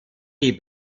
die